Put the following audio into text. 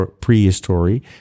prehistory